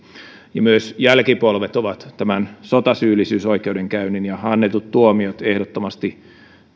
ja myös jälkipolvet ovat tämän sotasyyllisyysoikeudenkäynnin ja annetut tuomiot ehdottomasti